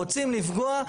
רוצים לפגוע?